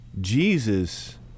Jesus